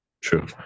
True